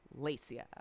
Lacia